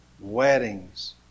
weddings